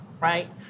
right